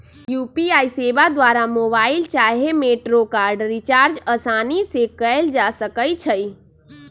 UPI सेवा द्वारा mobile चाहे मेट्रो कार्ड रिचार्ज असानी से कएल जा सकइ छइ